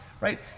right